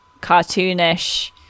cartoonish